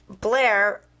Blair